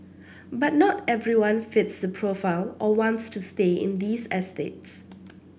but not everyone fits the profile or wants to stay in these estates